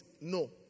No